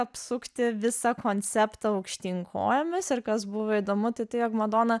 apsukti visą konceptą aukštyn kojomis ir kas buvo įdomu tai tai jog madona